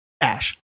Ash